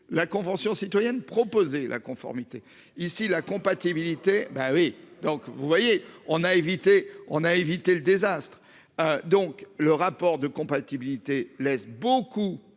La Convention citoyenne proposer la conformité ici la compatibilité. Bah oui, donc vous voyez on a évité on a évité le désastre. Donc le rapport de compatibilité laisse beaucoup